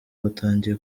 batangiye